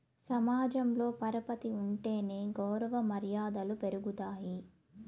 సమాజంలో పరపతి ఉంటేనే గౌరవ మర్యాదలు పెరుగుతాయి